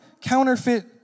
counterfeit